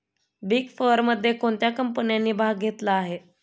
Big फोरमध्ये कोणत्या कंपन्यांनी भाग घेतला आहे?